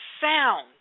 sound